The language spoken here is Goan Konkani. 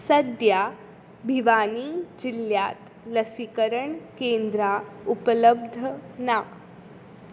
सद्या भिवानी जिल्ल्यांत लसीकरण केंद्रां उपलब्ध ना